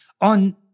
on